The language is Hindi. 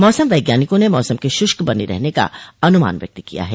मौसम वैज्ञानिकों ने मौसम के शुष्क बने रहने का अनुमान व्यक्त किया है